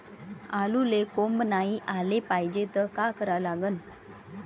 आलूले कोंब नाई याले पायजे त का करा लागन?